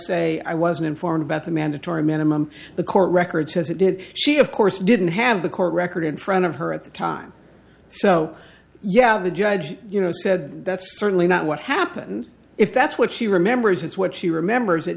say i wasn't informed about the mandatory minimum the court record says it did she of course didn't have the court record in front of her at the time so yeah the judge you know said that's certainly not what happened if that's what she remembers that's what she remembers